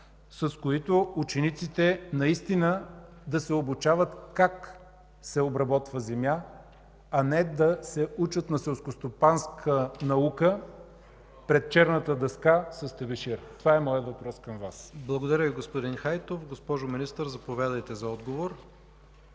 с които учениците наистина да се обучават как се обработва земя, а не да се учат на селскостопанска наука пред черната дъска с тебешира? ПРЕДСЕДАТЕЛ ИВАН К. ИВАНОВ: Благодаря Ви, господин Хайтов. Госпожо Министър, заповядайте за отговор.